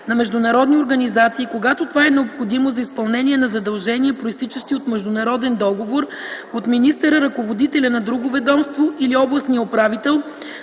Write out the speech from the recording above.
на международни организации, когато това е необходимо за изпълнение на задължения, произтичащи от международен договор, от министъра, ръководителя на друго ведомство или областния управител,